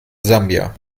sambia